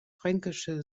fränkische